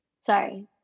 sorry